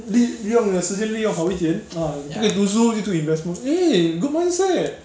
利利用你的时间利用好一点 ah 不可以读书就读 investment eh good mindset